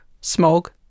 smog